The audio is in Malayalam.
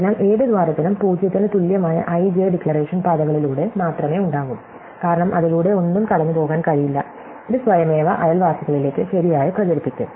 അതിനാൽ ഏത് ദ്വാരത്തിനും 0 ത്തിന് തുല്യമായ ij ഡിക്ലറേഷൻ പാതകളിലൂടെ മാത്രമേ ഉണ്ടാകൂ കാരണം അതിലൂടെ ഒന്നും കടന്നുപോകാൻ കഴിയില്ല ഇത് സ്വയമേവ അയൽവാസികളിലേക്ക് ശരിയായി പ്രചരിപ്പിക്കും